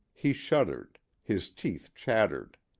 he shuddered his teeth chattered.